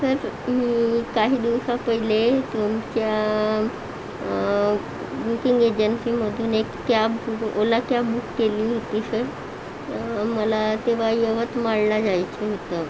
sir मी काही दिवस पहिले तुमच्या बुकिंग एजन्सीमधून एक कॅब बु ओला कॅब बुक केली होती सर मला तेव्हा यवतमाळला जायचं होतं